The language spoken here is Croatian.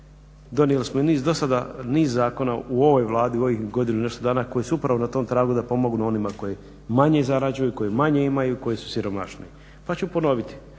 donijeli smo i niz do sada niz zakona u ovoj Vladi u ovih godinu i nešto dana koji su upravo na tom tragu da pomognu onima koji manje zarađuju koji manje imaju koji su siromašniji, pa ću ponoviti